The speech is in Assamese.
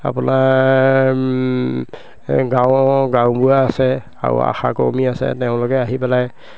আপোনাৰ গাঁৱৰ গাঁওবুঢ়া আছে আৰু আশা কৰ্মী আছে তেওঁলোকে আহি পেলাই